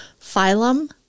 Phylum